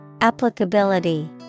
Applicability